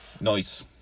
nice